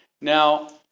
Now